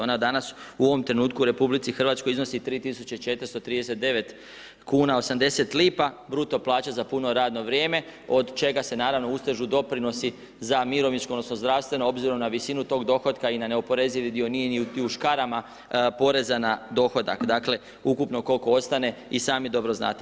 Ona danas u ovom trenutku u RH iznosi 3439 kuna i 80 lipa, bruto plaća za puno radno vrijeme od čega se naravno ustežu doprinosi za mirovinsko, odnosno zdravstveno, obzirom na visinu tog dohotka i na neoporezivi dio nije ni u škarama poreza na dohodak, dakle ukupno koliko ostane i sami dobro znate.